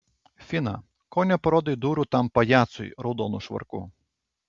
fina ko neparodai durų tam pajacui raudonu švarku